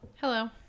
Hello